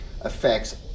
affects